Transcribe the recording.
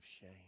shame